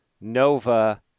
Nova